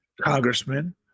congressman